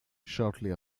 shortly